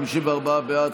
54 בעד,